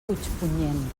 puigpunyent